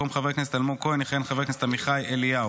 במקום חבר הכנסת אלמוג כהן יכהן חבר הכנסת עמיחי אליהו.